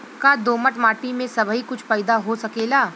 का दोमट माटी में सबही कुछ पैदा हो सकेला?